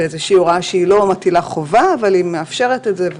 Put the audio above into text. זה בהוראה שלא מטילה חובה, אבל היא מאפשרת את זה.